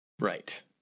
Right